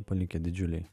palikę didžiulį